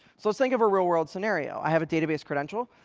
so let's think of a real-world scenario. i have a database credential.